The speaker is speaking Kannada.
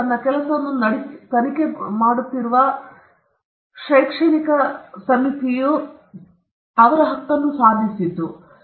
ತನ್ನ ಕೆಲಸವನ್ನು ತನಿಖೆ ಮಾಡುತ್ತಿರುವ ಶೈಕ್ಷಣಿಕ ಸಮಿತಿಯು ತನ್ನ ಹಕ್ಕು ಸಾಧಿಸಿದೆ ಎಂದು ಕಂಡುಕೊಂಡಿದೆ